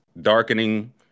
darkening